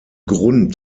grund